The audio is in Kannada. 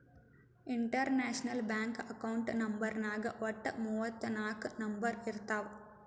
ಇಂಟರ್ನ್ಯಾಷನಲ್ ಬ್ಯಾಂಕ್ ಅಕೌಂಟ್ ನಂಬರ್ನಾಗ್ ವಟ್ಟ ಮೂವತ್ ನಾಕ್ ನಂಬರ್ ಇರ್ತಾವ್